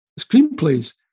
screenplays